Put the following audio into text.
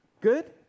good